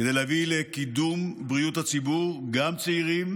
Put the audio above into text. כדי להביא לקידום בריאות הציבור, גם של צעירים